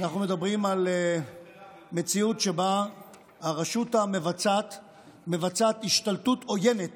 אנחנו מדברים על מציאות שבה הרשות המבצעת מבצעת השתלטות עוינת